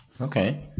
okay